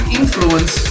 influence